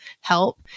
help